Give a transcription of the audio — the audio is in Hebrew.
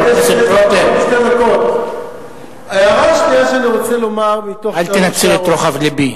חבר הכנסת רותם, אל תנצל את רוחב לבי.